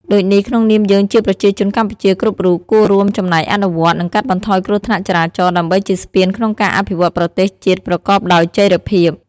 ដូចនេះក្នុងនាមយើងជាប្រជាជនកម្ពុជាគ្រប់រូបគួររួមចំណែកអនុវត្ត និងកាត់បន្ថយគ្រោះថ្នាក់ចរាចរណ៍ ដើម្បីជាស្ពានក្នុងការអភិវឌ្ឍប្រទេសជាតិប្រកបដោយចីរភាព។